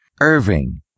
Irving